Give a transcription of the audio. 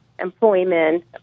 employment